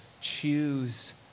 choose